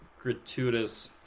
gratuitous